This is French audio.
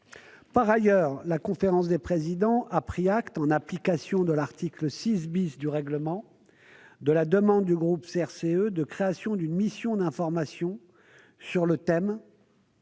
communication. La conférence des présidents a pris acte, en application de l'article 6 du règlement, de la demande du groupe CRCE de création d'une mission d'information sur le thème